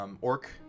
orc